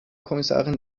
kommissarin